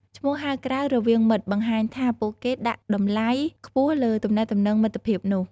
ឈ្មោះហៅក្រៅរវាងមិត្ត បង្ហាញថាពួកគេដាក់តម្លៃខ្ពស់លើទំនាក់ទំនងមិត្តភាពនោះ។